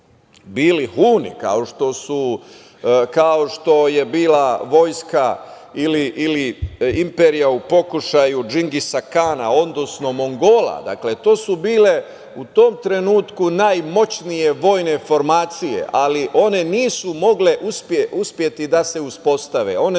bili Huni, kao što je bila vojska ili imperija u pokušaju Džingisa Kana, odnosno Mongola, dakle to su bile u tom trenutku najmoćnije vojne formacije, ali one nisu mogle uspeti da se uspostave.